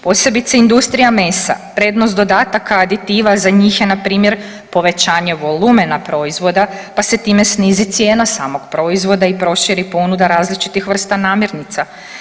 Posebice industrija mesa, prednost dodataka aditiva, za njih je npr. povećanje volumena proizvoda pa se time snizi cijena samog proizvoda i proširi ponuda različitih vrsta namirnica.